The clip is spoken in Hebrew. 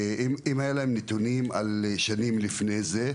אם היו להם נתונים על שנים לפני זה,